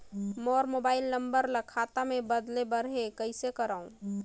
मोर mobile number ल खाता मे बदले बर हे कइसे करव?